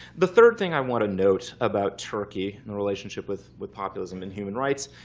the third thing i want to note about turkey and the relationship with with populism and human rights,